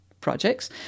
projects